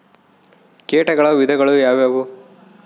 ಕೇಟಗಳ ವಿಧಗಳು ಯಾವುವು?